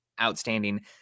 outstanding